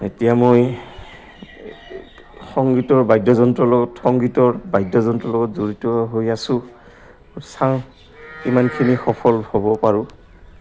এতিয়া মই সংগীতৰ বাদ্যযন্ত্ৰৰ লগত সংগীতৰ বাদ্যযন্ত্ৰ লগত জড়িত হৈ আছোঁ চাওঁ ইমানখিনি সফল হ'ব পাৰোঁ